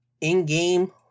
in-game